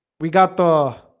we got the